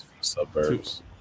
suburbs